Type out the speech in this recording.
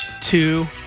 two